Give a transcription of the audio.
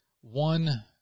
one